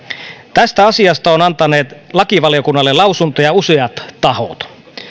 tästä asiasta ovat antaneet lakivaliokunnalle lausuntoja useat tahot